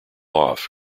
off